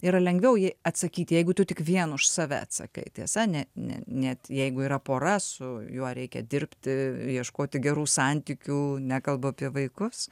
yra lengviau jai atsakyti jeigu tu tik vien už save atsakai tiesa ne ne net jeigu yra pora su juo reikia dirbti ieškoti gerų santykių nekalbu apie vaikus